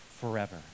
forever